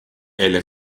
elle